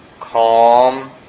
calm